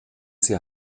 sie